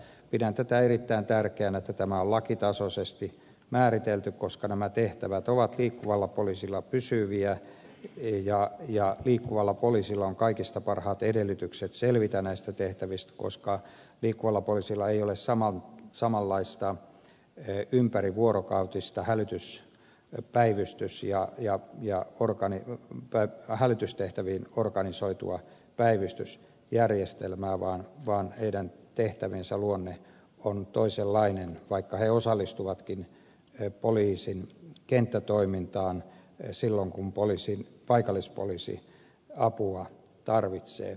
pidän tätä erittäin tärkeänä että tämä on lakitasoisesti määritelty koska nämä tehtävät ovat liikkuvalla poliisilla pysyviä ja liikkuvalla poliisilla on kaikista parhaat edellytykset selvitä näistä tehtävistä koska liikkuvalla poliisilla ei ole samanlaista ympärivuorokautista hälytys ja päivystyssia ja ja orgaaneja taikka hälytystehtäviin organisoitua päivystysjärjestelmää vaan heidän tehtäviensä luonne on toisenlainen vaikka he osallistuvatkin poliisin kenttätoimintaan silloin kun paikallispoliisi apua tarvitsee